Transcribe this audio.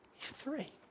three